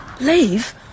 Leave